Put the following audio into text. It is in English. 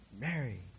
Mary